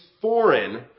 foreign